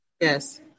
Yes